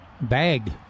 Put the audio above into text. bag